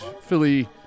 Philly